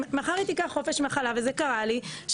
מחר היא תיקח חופש מחלה וזה קרה לי,